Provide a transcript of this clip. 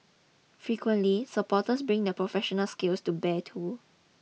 frequently supporters bring their professional skills to bear too